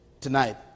tonight